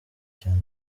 cyane